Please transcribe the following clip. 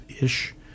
ish